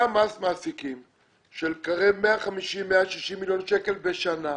היה מס מעסיקים של 160-150 מיליוני שקלים בשנה,